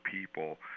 people